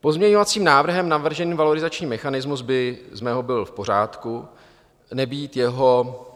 Pozměňovacím návrhem navržený valorizační mechanismus by z mého byl v pořádku nebýt jeho